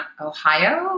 Ohio